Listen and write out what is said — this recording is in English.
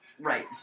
Right